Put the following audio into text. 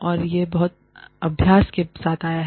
और यह बहुत अभ्यास के साथ आया है